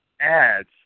ads